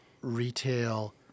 retail